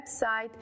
website